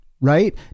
right